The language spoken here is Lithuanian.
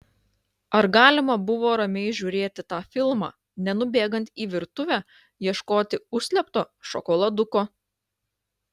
ar galima buvo ramiai žiūrėti tą filmą nenubėgant į virtuvę ieškoti užslėpto šokoladuko